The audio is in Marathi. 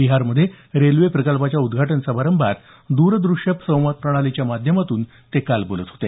बिहारमध्ये रेल्वे प्रकल्पाच्या उद्धाटन समारंभात द्रदृश्य संवाद प्रणालीच्या माध्यमातून ते काल बोलत होते